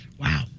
Wow